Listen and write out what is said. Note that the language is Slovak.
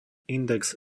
index